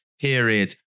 period